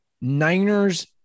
Niners